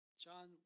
John